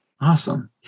Awesome